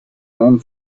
non